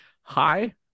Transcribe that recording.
hi